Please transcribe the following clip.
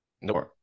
No